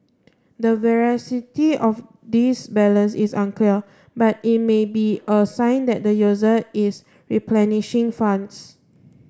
the veracity of this balance is unclear but it may be a sign that the user is replenishing funds